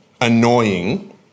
annoying